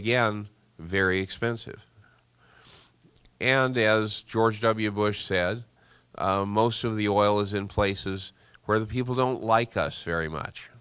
again very expensive and as george w bush said most of the oil is in places where the people don't like us very much